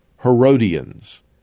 Herodians